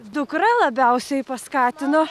dukra labiausiai paskatino